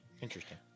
interesting